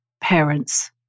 parents